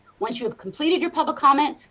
once you have completed your public comments,